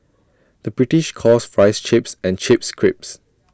the British calls Fries Chips and Chips Crisps